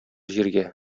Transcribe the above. җиргә